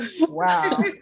Wow